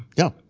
yeah,